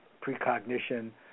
precognition